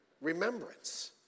remembrance